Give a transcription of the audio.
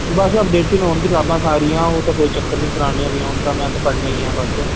ਬਸ updated ਹੋਣ ਕਿਤਾਬਾਂ ਸਾਰੀਆਂ ਉਹ ਤਾਂ ਕੋਈ ਚੱਕਰ ਨਹੀਂ ਪੁਰਾਣੀਆਂ ਵੀ ਹੋਣ ਤਾਂ ਮੈਂ ਤਾਂ ਪੜ੍ਹਨਾ ਹੀ ਆ ਬਸ